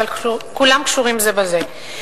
אבל כולם קשורים זה בזה.